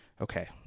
Okay